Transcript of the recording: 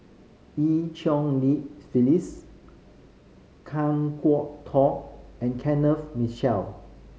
Eu Cheng Li Phyllis Kan Kwok Toh and Kenneth Mitchell